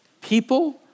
People